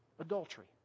Adultery